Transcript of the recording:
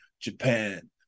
Japan